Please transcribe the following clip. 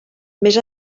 més